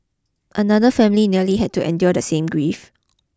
another family nearly had to endure the same grief